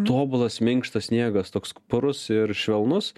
tobulas minkštas sniegas toks purus ir švelnus